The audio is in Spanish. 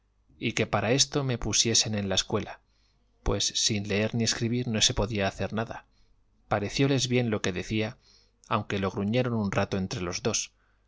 y que para esto me pusiesen a la escuela pues sin leer ni escribir no se podía hacer nada parecióles bien lo que decía aunque lo gruñeron un rato entre los dos